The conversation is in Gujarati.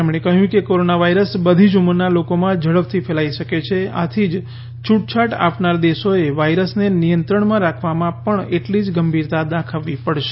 તેમણે કહ્યું કે કોરોના વાયરસ બધી જ ઉંમરના લોકોમાં ઝડપથી ફેલાઈ શકે છે આથી જ છૂટછાટ આપનાર દેશોએ વાયરસને નિયંત્રણમાં રાખવામાં પણ એટલી જ ગંભીરતા દાખવવી પડશે